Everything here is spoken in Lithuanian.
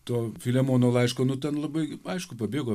to filemono laiško nu ten labai aišku pabėgo